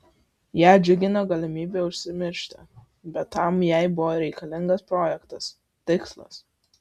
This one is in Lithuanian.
ją džiugino galimybė užsimiršti bet tam jai buvo reikalingas projektas tikslas